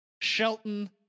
Shelton